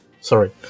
Sorry